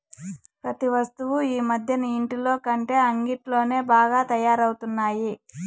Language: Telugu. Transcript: ప్రతి వస్తువు ఈ మధ్యన ఇంటిలోకంటే అంగిట్లోనే బాగా తయారవుతున్నాయి